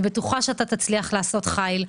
אני בטוחה שאתה תצליח לעשות חיל.